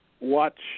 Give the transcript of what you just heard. watch